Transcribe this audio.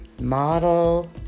model